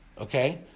okay